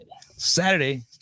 Saturday